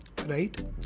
right